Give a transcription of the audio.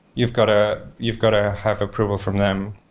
you've got ah you've got to have approval from them.